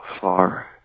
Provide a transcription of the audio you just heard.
far